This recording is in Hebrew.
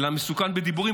אלא מסוכן בדיבורים,